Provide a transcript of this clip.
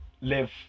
live